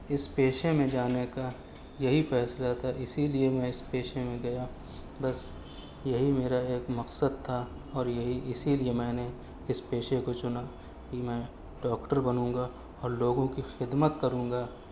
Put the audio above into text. اس پیشے میں جانے کا یہی فیصلہ تھا اسی لیے میں اس پیشے میں گیا بس یہی میرا ایک مقصد تھا اور یہی اسی لیے میں نے اس پیشے کو چنا کہ میں ڈاکٹر بنوں گا اور لوگوں کی خدمت کروں گا